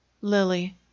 Lily